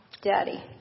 Daddy